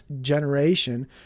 generation